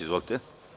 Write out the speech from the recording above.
Izvolite.